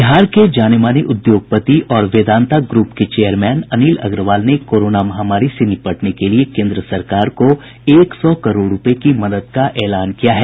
बिहार के जाने माने उद्योगपति और वेदांता ग्रूप के चेयरमैन अनिल अग्रवाल ने कोरोना महामारी से निपटने के लिए केन्द्र सरकार को एक सौ करोड़ रूपये की मदद का एलान किया है